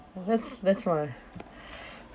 that's that's my